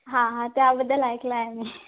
हां हां त्याबद्दल ऐकलं आहे मी